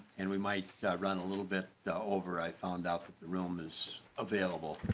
and we might run a little bit over i found out rooms available.